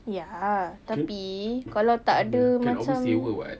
ya tetapi kalau tak ada macam